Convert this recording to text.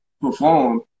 perform